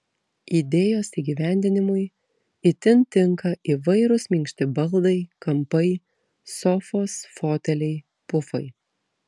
idėjos įgyvendinimui itin tinka įvairūs minkšti baldai kampai sofos foteliai pufai